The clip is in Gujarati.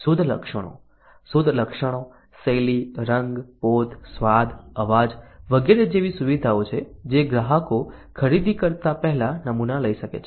શોધ લક્ષણો શોધ લક્ષણો શૈલી રંગ પોત સ્વાદ અવાજ વગેરે જેવી સુવિધાઓ છે જે ગ્રાહકો ખરીદી કરતા પહેલા નમૂના લઈ શકે છે